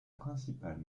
principale